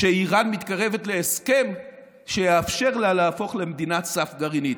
כשאיראן מתקרבת להסכם שיאפשר לה להפוך למדינת סף גרעינית.